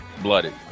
Blooded